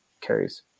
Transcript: carries